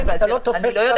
אני לא יודעת.